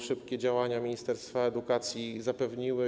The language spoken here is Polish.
Szybkie działania ministerstwa edukacji to zapewniły.